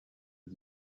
aux